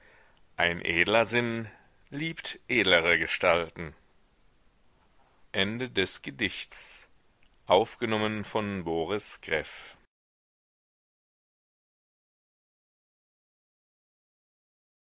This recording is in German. ein edler sinn liebt edlere gestalten